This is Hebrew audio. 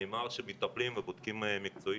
נאמר שמטפלים ובודקים מקצועית,